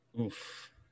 Oof